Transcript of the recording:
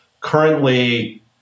Currently